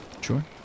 Sure